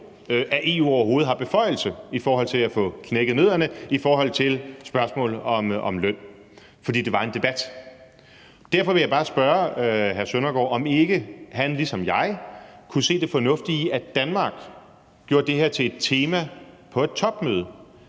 at EU overhovedet har beføjelse i forhold til at få knækket nødderne i forhold til spørgsmål om løn; det var en debat. Derfor vil jeg bare spørge hr. Søren Søndergaard, om han ikke ligesom jeg kan se det fornuftige i, at Danmark gør det her til et tema på et topmøde.